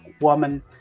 woman